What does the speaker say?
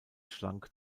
schlank